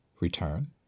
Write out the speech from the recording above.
return